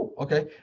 Okay